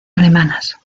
alemanas